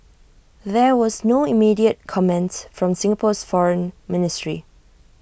there was no immediate comment from Singapore's foreign ministry